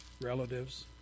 relatives